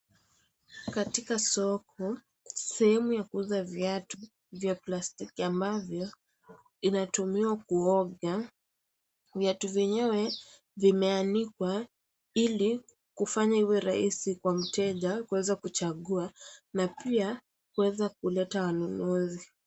Katika soko sehemu ya kuuza viatu vya plastiki ambavyo vinatumiwa kuoga viatu vyenyewe vimeanikwa ilikufanya iwerahisi kwa mteja kuweza kuchagua na pia kuweza kuleta wanunuzi.